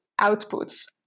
outputs